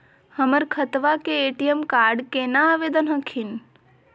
हमर खतवा के ए.टी.एम कार्ड केना आवेदन हखिन?